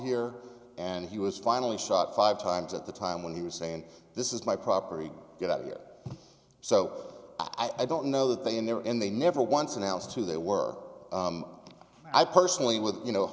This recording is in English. here and he was finally shot five times at the time when he was saying this is my property get out of here so i don't know that they in there and they never once announced who they were i personally with you know